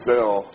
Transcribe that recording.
sell